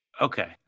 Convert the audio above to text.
Okay